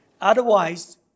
Otherwise